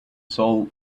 soul